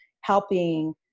helping